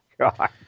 God